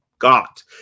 got